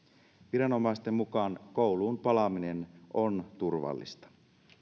viranomaisten mukaan kouluun palaaminen on turvallista